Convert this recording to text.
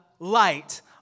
Light